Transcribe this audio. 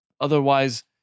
otherwise